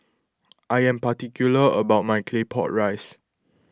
I am particular about my Claypot Rice